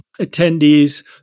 attendees